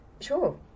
Sure